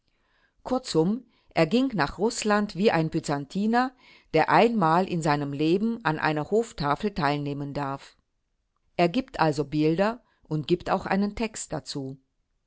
kurzum er ging nach rußland wie ein byzantiner der einmal in seinem leben an einer hoftafel teilnehmen darf er gibt also bilder und gibt auch einen text dazu